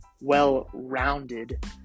well-rounded